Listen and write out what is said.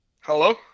Hello